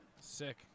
Sick